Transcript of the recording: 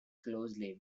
closely